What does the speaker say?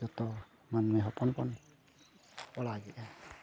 ᱡᱚᱛᱚ ᱢᱟᱱᱢᱤ ᱦᱚᱯᱚᱱ ᱵᱚᱱ ᱚᱲᱟᱜᱮᱫᱼᱟ